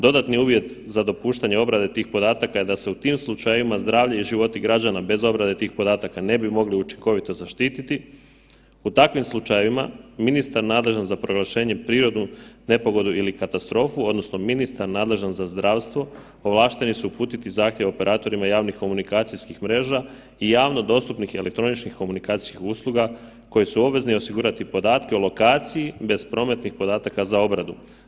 Dodatni uvjet za dopuštanje obrade tih podataka je da se u tim slučajevima zdravlje i životi građana bez obrade tih podataka ne bi mogli učinkovito zaštiti, u takvim slučajevima ministar nadležan za proglašenje prirodnu nepogodu ili katastrofu odnosno ministar nadležan za zdravstvo ovlašteni su uputiti zahtjev operatorima javnih komunikacijskih mreža i javno dostupnih elektroničkih komunikacijskih usluga koji su obvezni osigurati podatke o lokaciji bez prometnih podataka za obradu.